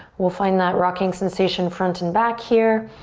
we'll find that rocking sensation front and back here.